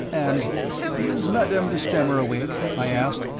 and is madame de stamer awake? i asked.